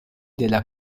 della